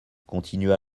continua